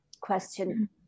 question